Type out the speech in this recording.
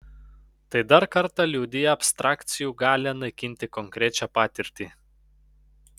tai dar kartą liudija abstrakcijų galią naikinti konkrečią patirtį